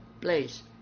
place